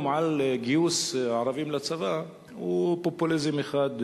על גיוס ערבים לצבא זה פופוליזם אחד גדול.